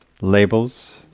Labels